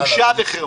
בושה וחרפה.